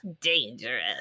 dangerous